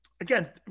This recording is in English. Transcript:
again